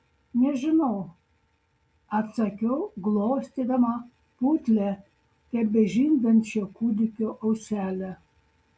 nežinau atsakiau glostydama putlią tebežindančio kūdikio auselę